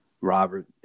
Robert